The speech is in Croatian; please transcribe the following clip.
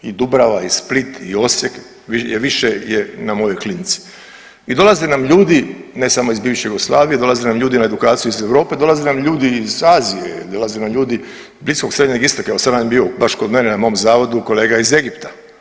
I Dubrava i Split i Osijek, više je na mojoj klinici i dolaze nam ljudi, ne samo iz bivše Jugoslavije, dolaze nam ljudi na edukacije iz Europe, dolaze nam ljudi iz Azije, dolaze nam ljudi iz Bliskog, Srednjeg Istoka, evo sad nam je bio, baš kod mene na mom zavodu kolega iz Egipta.